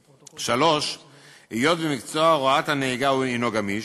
3. היות שמקצוע הוראת הנהיגה הנו גמיש,